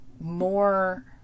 more